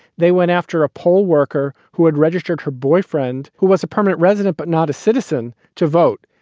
they went after a poll worker who had registered her boyfriend, who was a permanent resident but not a citizen, to vote.